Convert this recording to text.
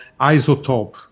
Isotope